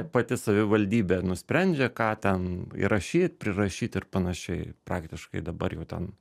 pati savivaldybė nusprendžia ką ten įrašyt prirašyti ir panašiai praktiškai dabar jau ten